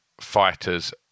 fighters